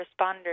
responders